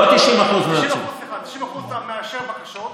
לא 90%. סליחה, 90% אתה מאשר בקשות.